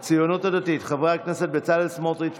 קבוצת סיעת הציונות הדתית: חברי הכנסת בצלאל סמוטריץ',